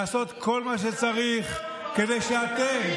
לעשות כל מה שצריך כדי שאתם,